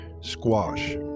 squash